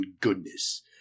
goodness